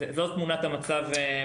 זה הולך להרבה מקומות.